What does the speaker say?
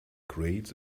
creates